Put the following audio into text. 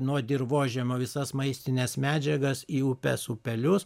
nuo dirvožemio visas maistines medžiagas į upes upelius